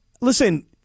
Listen